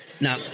Now